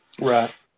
Right